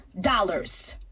dollars